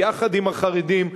יחד עם החרדים,